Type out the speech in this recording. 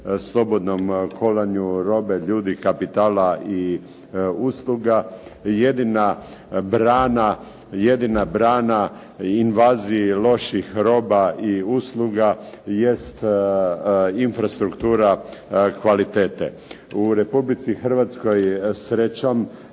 slobodnom kolanju robe, ljudi, kapitala i usluga. Jedina brana invaziji loših roba i usluga jest infrastruktura kvalitete. U Republici Hrvatskoj srećom